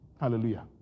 Hallelujah